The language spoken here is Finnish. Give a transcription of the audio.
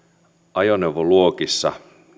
ajoneuvoluokissa